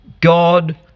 God